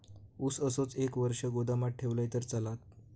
ऊस असोच एक वर्ष गोदामात ठेवलंय तर चालात?